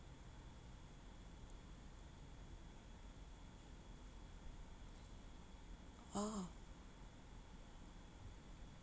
orh